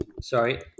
Sorry